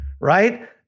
right